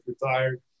retired